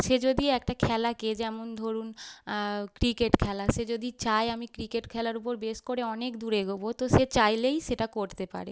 সে যদি একটা খেলাকে যেমন ধরুন ক্রিকেট খেলা সে যদি চায় আমি ক্রিকেট খেলার উপর বেস করে অনেক দূর এগোব তো সে চাইলেই সেটা করতে পারে